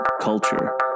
Culture